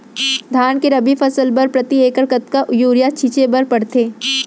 धान के रबि फसल बर प्रति एकड़ कतका यूरिया छिंचे बर पड़थे?